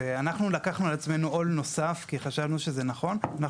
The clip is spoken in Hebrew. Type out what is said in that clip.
אנחנו לקחנו על עצמנו עול נוסף כי חשבנו שזה נכון.